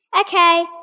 Okay